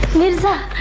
mirza.